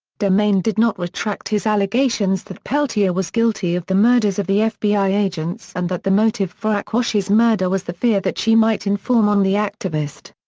demain did not retract his allegations that peltier was guilty of the murders of the fbi agents and that the motive for aquash's murder was the fear that she might inform on the activist.